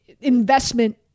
investment